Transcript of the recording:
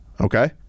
Okay